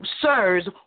sirs